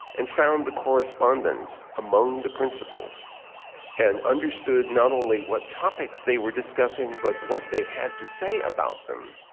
and found the correspondence among the principals and understood not only what topics they were discussing but what they had to say about them.